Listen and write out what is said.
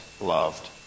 loved